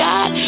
God